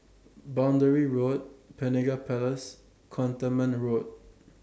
Boundary Road Penaga Place Cantonment Road